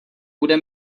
bude